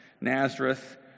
Nazareth